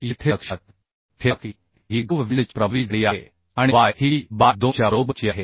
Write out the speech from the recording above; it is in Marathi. येथे लक्षात ठेवा की टी ही ग्रूव्ह वेल्डची प्रभावी जाडी आहे आणि वाय ही डी बाय 2 च्या बरोबरीची आहे